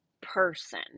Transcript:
person